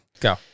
Go